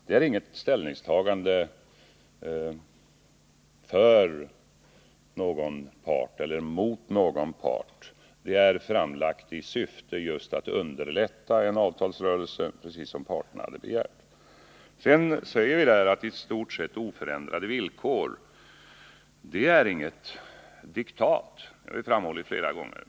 Det är inget ställningstagande för eller mot någon part. Det är framlagt i syfte just att underlätta en avtalsrörelse, precis som parterna hade begärt. Regeringens uttalande om ”i stort sett oförändrade villkor” är inget diktat. Det har vi framhållit flera gånger.